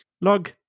Log